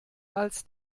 als